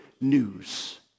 news